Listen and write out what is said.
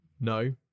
No